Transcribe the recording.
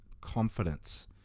confidence